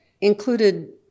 included